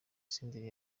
senderi